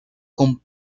con